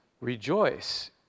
rejoice